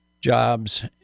jobs